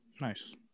Nice